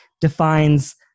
defines